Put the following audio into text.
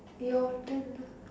your turn lah